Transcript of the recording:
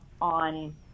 on